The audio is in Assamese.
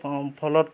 ফলত